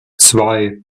zwei